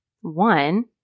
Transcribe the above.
One